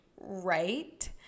right